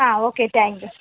ആ okay thank you